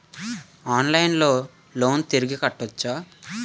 ఆన్లైన్లో లోన్ తిరిగి కట్టోచ్చా?